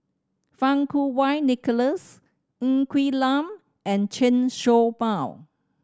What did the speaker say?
Fang Kuo Wei Nicholas Ng Quee Lam and Chen Show Mao